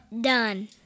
Done